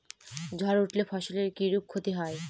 ঝড় উঠলে ফসলের কিরূপ ক্ষতি হয়?